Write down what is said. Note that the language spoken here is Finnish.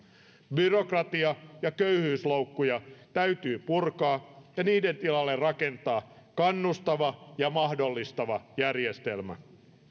byrokratia ja köyhyysloukkuja täytyy purkaa ja niiden tilalle rakentaa kannustava ja mahdollistava järjestelmä